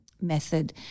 method